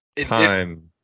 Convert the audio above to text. time